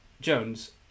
Jones